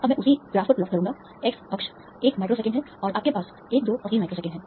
अब मैं इसे उसी ग्राफ पर प्लॉट करूंगा x अक्ष एक माइक्रोसेकंड है और आपके पास 1 2 और 3 माइक्रोसेकंड हैं